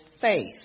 faith